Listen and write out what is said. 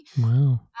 Wow